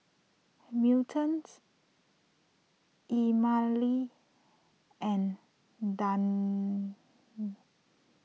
Melton's Emmalee and Dagny